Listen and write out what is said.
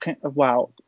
Wow